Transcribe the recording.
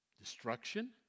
Destruction